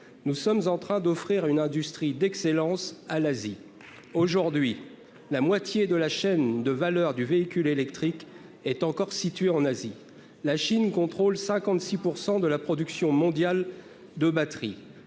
nous sommes en train d'offrir une industrie d'excellence à l'Asie aujourd'hui la moitié de la chaîne de valeur du véhicule électrique est encore situés en Asie, la Chine contrôle 56 % de la production mondiale de batterie